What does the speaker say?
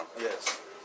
Yes